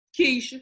Keisha